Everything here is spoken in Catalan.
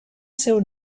seu